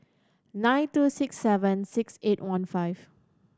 nine two six seven six eight one five